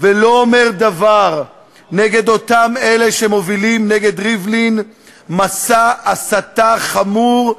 ולא אומר דבר נגד אותם אלה שמובילים נגד ריבלין מסע הסתה חמור,